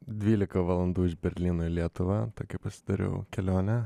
dvylika valandų iš berlyno į lietuvą tokią pasidariau kelionę